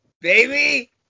baby